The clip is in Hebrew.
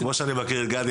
כמו שאני מכיר את גדי,